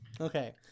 Okay